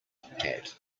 hat